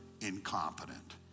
incompetent